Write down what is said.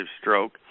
stroke